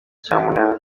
cyamunara